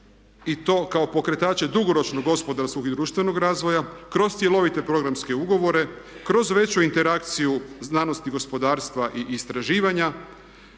i to kao pokretače dugoročnog gospodarskog i društvenog razvoja, kroz cjelovite programske ugovore, kroz veću interakciju znanosti, gospodarstva i istraživanja.